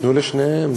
תיתנו לשתיהן.